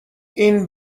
این